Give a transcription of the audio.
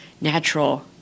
natural